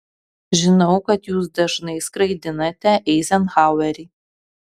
žinau kad jūs dažnai skraidinate eizenhauerį